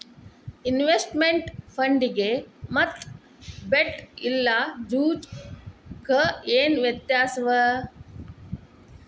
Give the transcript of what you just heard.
Investment ಫಂಡಿಗೆ ಮತ್ತ bet ಇಲ್ಲಾ ಜೂಜು ಕ ಏನ್ ವ್ಯತ್ಯಾಸವ?